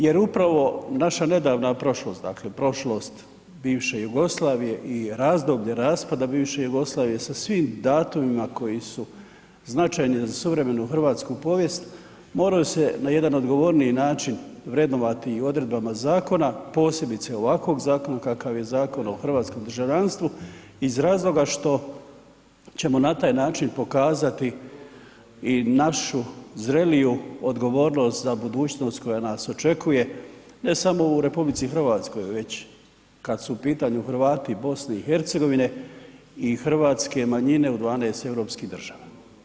Jer upravo naša nedavna prošlost, dakle prošlost bivše Jugoslavije i razdoblje raspada bivše Jugoslavije sa svim datumima koji su značajni za suvremenu hrvatsku povijest moraju se na jedan odgovorniji način vrednovati i odredbama zakona, posebice ovakvog zakona kakav je Zakon o hrvatskom državljanstvu iz razloga što ćemo na taj način pokazati i našu zreliju odgovornost za budućnost koja nas očekuje ne samo u RH, već kad su u pitanju Hrvati BiH i hrvatske manjine u 12 europskih država.